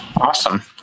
Awesome